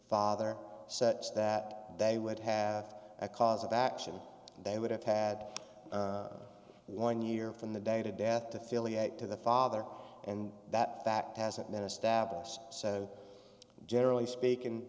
father such that they would have a cause of action they would have had one year from the date of death to feel yet to the father and that that hasn't been established so generally speaking